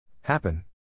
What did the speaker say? Happen